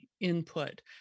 input